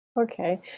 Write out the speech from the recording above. Okay